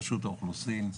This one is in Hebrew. רשות האוכלוסין,